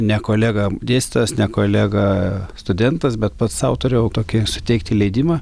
ne kolega dėstytojas ne kolega studentas bet pats sau turėjau tokį suteikti leidimą